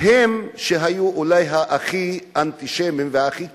הם שהיו אולי הכי אנטישמים והכי קיצונים.